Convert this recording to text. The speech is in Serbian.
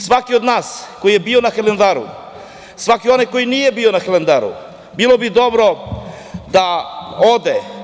Svako od nas ko je bio na Hilandaru, svaki onaj koji nije bio na Hilandaru, bilo bi dobro da ode.